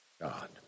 God